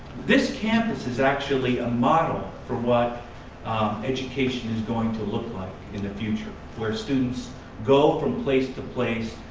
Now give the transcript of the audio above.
this campus is actually a model for what education is going to look like in the future, where students go from place to place,